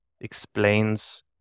explains